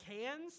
cans